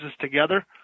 together